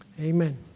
Amen